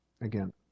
again